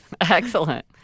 Excellent